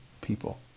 people